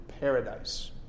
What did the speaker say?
paradise